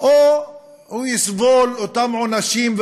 או שהוא יסבול אותם עונשים,